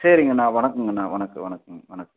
சரிங்கண்ணா வணக்கங்கண்ணா வணக்கம் வணக்கங்க வணக்கம்